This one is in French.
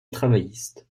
travailliste